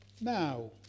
Now